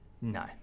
No